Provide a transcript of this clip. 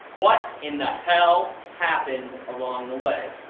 what in the hell happened along the way!